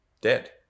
dead